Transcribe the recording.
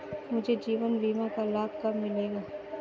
मुझे जीवन बीमा का लाभ कब मिलेगा?